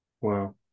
Wow